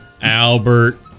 Albert